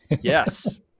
Yes